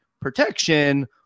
protection